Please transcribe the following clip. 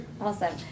awesome